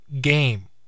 game